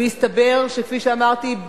והסתבר שכפי שאמרתי,